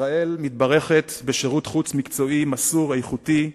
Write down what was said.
ישראל מתברכת בשירות חוץ מקצועי, מסור, איכותי,